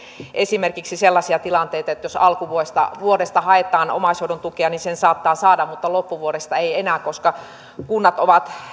esimerkiksi sellaisia tilanteita että jos alkuvuodesta haetaan omaishoidon tukea niin sen saattaa saada mutta loppuvuodesta ei enää koska kunnat ovat